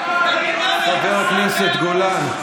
מדינה מרוסקת, משוסעת, חבר הכנסת גולן.